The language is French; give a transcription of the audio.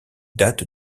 date